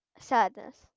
Sadness